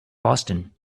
boston